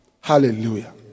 Hallelujah